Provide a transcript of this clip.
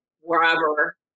wherever